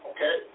Okay